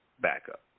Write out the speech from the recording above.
backup